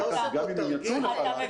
וגם אם הם יצאו לחל"ת --- אתה עושה פה תרגיל.